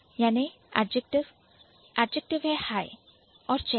विशेषण है High high और संज्ञा है chair चेयर